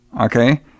Okay